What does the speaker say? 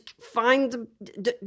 find